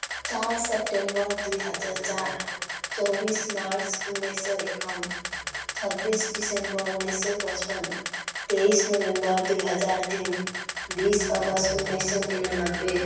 चार सेप्टेम्बर दुई हजार चार चौबिस मार्च उन्नाइस सौ एकाउन्न छब्बिस दिसम्बर उन्नाइस सौ पचपन्न तेइस नोभेम्बर दुई हजार तिन बिस अगस्त उन्नाइस सौ निनानब्बे